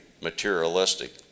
materialistic